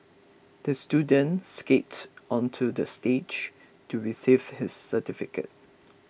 the student skated onto the stage to receive his certificate